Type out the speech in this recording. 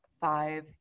five